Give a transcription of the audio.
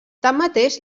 tanmateix